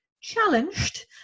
challenged